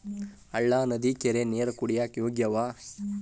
ಹಳ್ಳಾ ನದಿ ಕೆರಿ ನೇರ ಕುಡಿಯಾಕ ಯೋಗ್ಯ ಆಗ್ಯಾವ